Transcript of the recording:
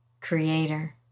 Creator